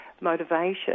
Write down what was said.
motivation